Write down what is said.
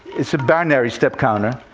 it's a binary step counter.